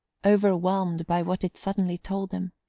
overwhelmed by what it suddenly told him.